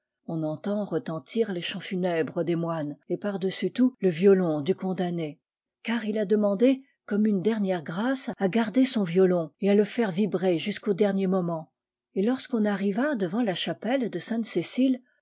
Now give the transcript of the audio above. on entend retentir les chants funèbres des moines et par-dessus tout le violon du condamné car il a demandé comme une dernière grâce à garder son violon et à le faire vibrer jusqu'au dernier moment et lorsqu'on arriva devant la chapelle de